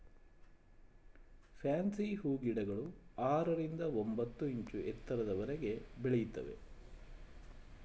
fancy ಹೂಗಿಡಗಳು ಆರರಿಂದ ಒಂಬತ್ತು ಇಂಚು ಎತ್ತರದವರೆಗೆ ಬೆಳಿತವೆ